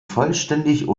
vollständig